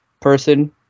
person